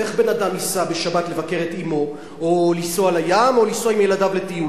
אז איך בן-אדם ייסע בשבת לבקר את אמו או לים או עם ילדיו לטיול?